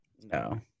no